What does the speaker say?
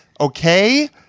okay